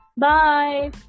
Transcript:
Bye